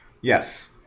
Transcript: yes